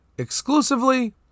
exclusively